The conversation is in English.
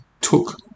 took